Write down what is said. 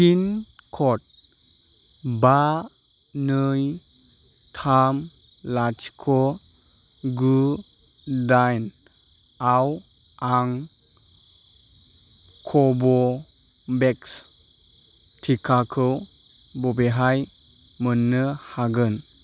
pin code बा नै थाम लाथिख' गु डाइन आव आं कव'भेक्स टिकाखौ बबेहाय मोन्नो हागोन